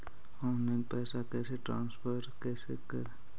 Online पैसा कैसे transfer कैसे कर?